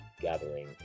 gathering